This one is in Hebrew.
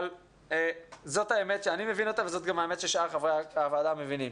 אבל זאת האמת שאני מבין אותה וזאת גם האמת ששאר חברי הוועדה מבינים.